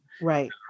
Right